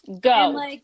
go